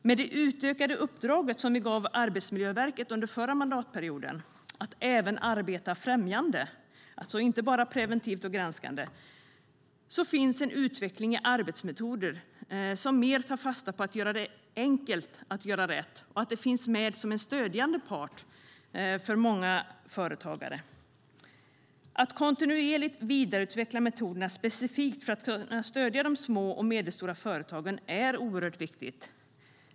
Med det utökade uppdraget som vi gav Arbetsmiljöverket under förra mandatperioden att även arbeta främjande, alltså inte bara preventivt och granskande, finns en utveckling i arbetsmetoder som mer tar fasta på att göra det enkelt att göra rätt och att finnas med som en stödjande part för många företagare. Att kontinuerligt vidareutveckla metoderna specifikt för att kunna stödja de små och medelstora företagen är oerhört viktigt.